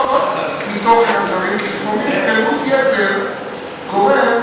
לא מתוכן הדברים, כי לפעמים פירוט יתר גורם